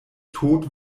tod